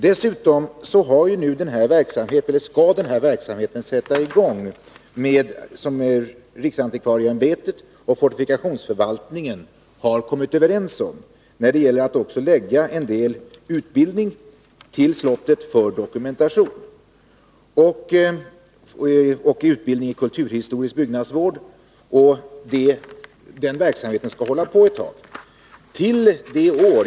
Dessutom skall nu den verksamhet sättas i gång som riksantikvarieämbetet och fortifikationsförvaltningen har kommit överens om när det gäller att till slottet förlägga en del utbildning för dokumentation och utbildning i kulturhistorisk byggnadsvård, och den verksamheten skall hålla på ett tag.